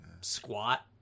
squat